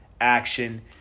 action